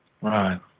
Right